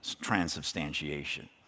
transubstantiation